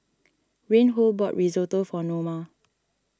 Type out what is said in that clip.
Reinhold bought Risotto for Noma